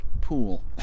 pool